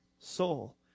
soul